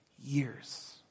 years